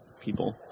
people